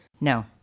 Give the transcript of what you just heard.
No